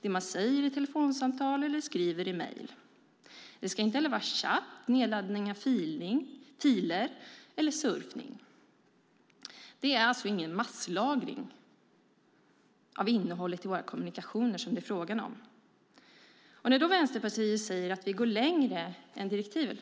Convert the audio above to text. det man säger i telefonsamtal eller skriver i mejl. Det ska inte heller vara chatt, nedladdning av filer eller surfning. Det är alltså inte fråga om masslagring av innehållet i våra kommunikationer. Vänsterpartiet säger att vi går längre än vad som föreskrivs i direktivet.